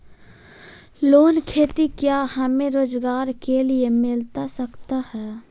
Loan खेती क्या हमें रोजगार के लिए मिलता सकता है?